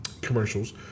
commercials